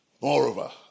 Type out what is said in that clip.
Moreover